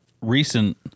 recent